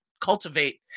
cultivate